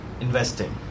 investing